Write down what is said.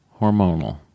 hormonal